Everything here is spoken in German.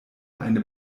eine